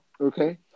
Okay